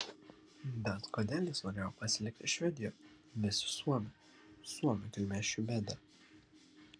bet kodėl jis norėjo pasilikti švedijoje vesti suomę suomių kilmės švedę